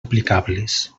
aplicables